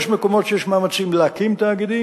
יש מקומות שיש מאמצים להקים תאגידים,